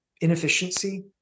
inefficiency